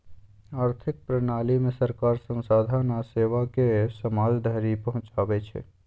आर्थिक प्रणालीमे सरकार संसाधन आ सेवाकेँ समाज धरि पहुंचाबै छै